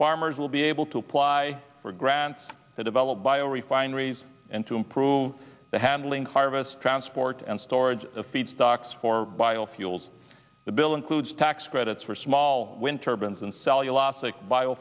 farmers will be able to apply for grants to develop bio refineries and to improve the handling harvest transport and storage of feedstock for bio fuels the bill includes tax credits for small w